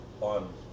on